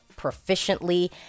proficiently